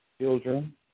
Children